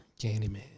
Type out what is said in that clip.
Candyman